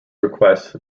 request